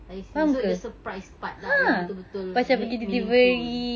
I see so the surprise part lah yang betul-betul make meaningful